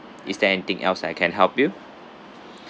is there anything else I can help you